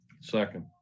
Second